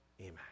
amen